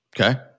Okay